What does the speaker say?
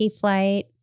flight